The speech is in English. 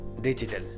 digital